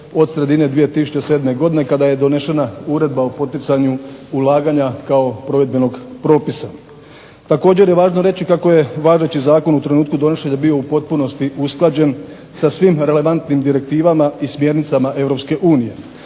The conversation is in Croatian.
od sredine 2007. godine kada je donešena uredba o poticanju ulaganja kao provedbenog propisa. Također je važno reći kako je važeći zakon u trenutku donošenja bio u potpunosti usklađen sa svim relevantnim direktivama i smjernicama